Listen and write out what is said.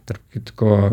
tarp kitko